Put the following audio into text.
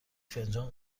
فنجان